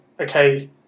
okay